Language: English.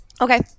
Okay